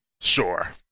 Sure